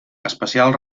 especial